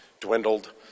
dwindled